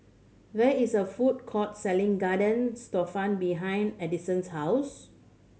there is a food court selling Garden Stroganoff behind Adison's house